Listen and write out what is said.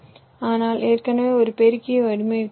ஆனால் ஏற்கனவே ஒரு பெருக்கி வடிவமைத்துள்ளோம்